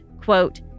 quote